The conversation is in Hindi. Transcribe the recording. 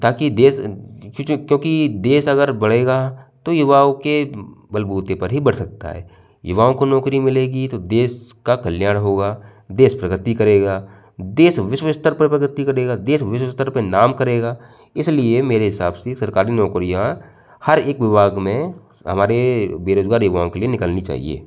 ताकि देश क्योंकि देश अगर बढ़ेगा तो युवाओं के बलबूते पर ही बढ़ सकता है युवाओं को नौकरी मिलेगी तो देश का कल्याण होगा देश प्रगति करेगा देश विश्व स्तर पर प्रगति करेगा देश विश्व स्तर पर नाम करेगा इसलिए मेरे हिसाब से सरकारी नौकरियां हर एक विभाग में हमारे बेरोजगार युवाओं के लिए निकालनी चाहिए